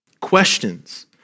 Questions